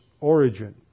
origin